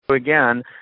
again